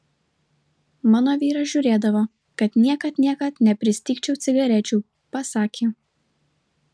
mano vyras žiūrėdavo kad niekad niekad nepristigčiau cigarečių pasakė